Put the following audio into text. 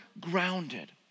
grounded